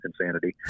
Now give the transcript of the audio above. insanity